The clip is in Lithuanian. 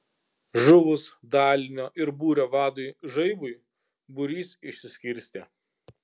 žuvus dalinio ir būrio vadui žaibui būrys išsiskirstė